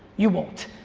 you won't.